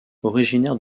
originaire